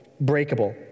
breakable